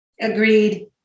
Agreed